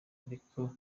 ariko